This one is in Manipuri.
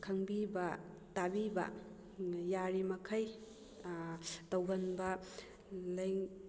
ꯈꯪꯕꯤꯕ ꯇꯥꯕꯤꯕ ꯌꯥꯔꯤꯃꯈꯩ ꯇꯧꯒꯟꯕ ꯂꯩ